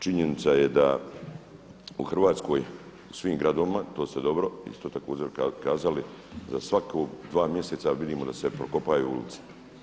Činjenica je da u Hrvatskoj i svim gradovima to ste dobro isto također kazali, za svaka dva mjeseca vidimo da se prokopaju ulice.